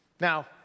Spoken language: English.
Now